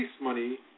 money